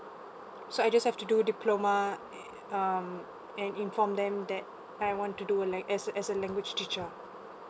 so I just have to do diploma um and inform them that I want to do like as as a language teacher